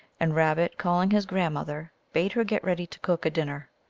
and rabbit, calling his grandmother, bade her get ready to cook a dinner.